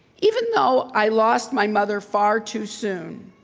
even though i lost my mother far too soon,